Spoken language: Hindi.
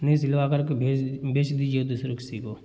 नहीं सिलवा कर के भेच बेच दीजिए दूसरे किसी को